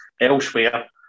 elsewhere